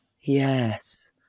yes